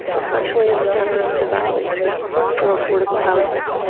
especially in the san lorenzo valley for affordable housing.